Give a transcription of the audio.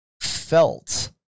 felt